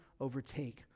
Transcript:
overtake